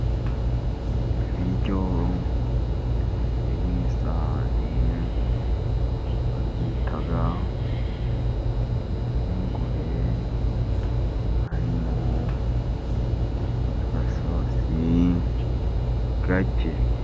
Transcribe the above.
Ibiryo biri mu isahani, babyita impungure, harimo agasosi gake.